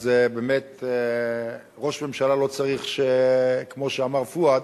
אז באמת ראש ממשלה לא צריך, כמו שאמר פואד,